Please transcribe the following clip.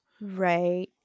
Right